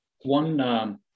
One